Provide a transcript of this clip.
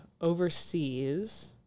overseas